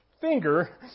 finger